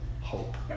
hope